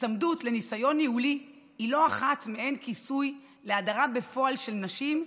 היצמדות לניסיון ניהולי היא לא אחת מעין כיסוי להדרה בפועל של נשים,